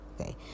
Okay